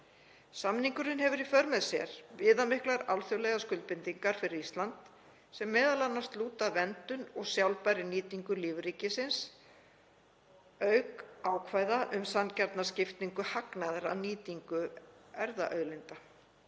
Samningurinn hefur í för með sér viðamiklar alþjóðlegar skuldbindingar fyrir Ísland, sem m.a. lúta að verndun og sjálfbærri nýtingu lífríkisins, auk ákvæða um sanngjarna skiptingu hagnaðar af nýtingu erfðaauðlinda.